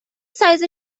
سایز